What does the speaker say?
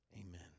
amen